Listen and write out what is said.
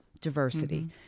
diversity